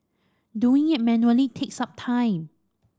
doing it manually takes up time